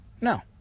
No